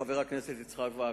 חבר הכנסת יצחק וקנין,